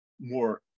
more